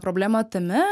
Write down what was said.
problema tame